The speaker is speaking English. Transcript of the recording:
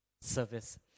service